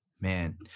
man